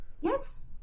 Yes